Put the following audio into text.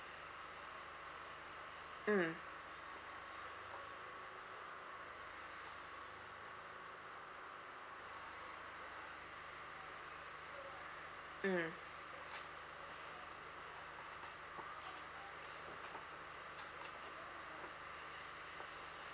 mm mm